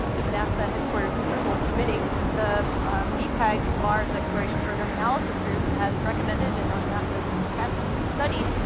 nasa headquarters approval permitting the mepag mars exploration program analysis group has recommended and on nasa's behest studied